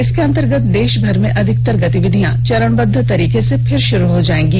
इसके अंतर्गत देश भर में अधिकतर गतिविधियां चरणबद्द तरीके से फिर शुरू हो जाएंगी